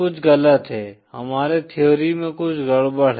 कुछ गलत है हमारे थ्योरी में कुछ गड़बड़ है